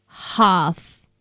Half